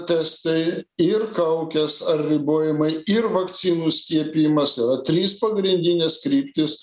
testai ir kaukės ar ribojimai ir vakcinų skiepijimas yra trys pagrindinės kryptys